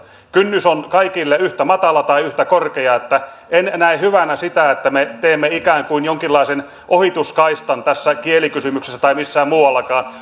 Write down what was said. kynnys on kaikille yhtä matala tai yhtä korkea en en näe hyvänä sitä että me teemme ikään kuin jonkinlaisen ohituskaistan tässä kielikysymyksessä tai missään muuallakaan